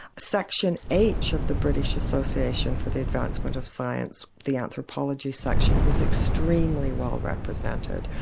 section h of the british association for the advancement of science, the anthropology section, was extremely well-represented.